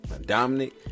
Dominic